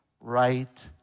right